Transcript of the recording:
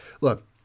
look